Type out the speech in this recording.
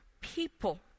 people